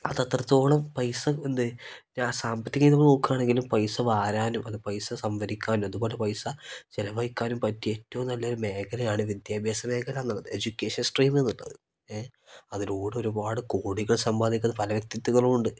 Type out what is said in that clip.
അത് അത്രത്തോളം പൈസ എന്ത് ഞാൻ സാമ്പത്തികം നമൾ നോക്കുകയാണെങ്കിലും പൈസ വാരാനും അത് പൈസ സംഭരിക്കാനും അതുപോലെ പൈസ ചെലവഴിക്കാനും പറ്റിയ ഏറ്റവും നല്ലൊരു മേഖലയാണ് വിദ്യാഭ്യാസ മേഖലാ എന്നുള്ളത് എഡ്യൂക്കേഷൻ സ്ട്രീം എന്നുള്ളത് ഏ അതിലൂടെ ഒരുപാട് കോടികൾ സമ്പാദിക്കുന്ന പല വ്യക്തിത്വങ്ങളും ഉണ്ട്